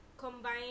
combine